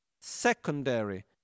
Secondary